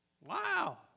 Wow